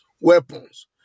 weapons